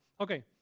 Okay